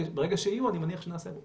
אני מניח שברגע שיהיו, אני מניח שנעשה את זה.